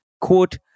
Quote